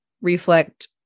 reflect